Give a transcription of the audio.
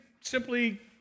simply